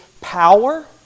power